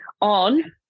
on